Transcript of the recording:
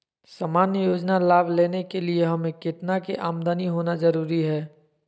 सामान्य योजना लाभ लेने के लिए हमें कितना के आमदनी होना जरूरी है?